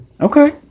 Okay